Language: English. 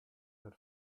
had